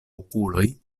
okuloj